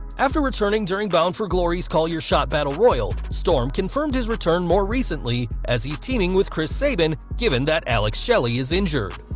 after returning during bound for glory's call your shot battle royal, storm confimed his return more recently, as he's teaming with chris sabin given that alex shelley is injured.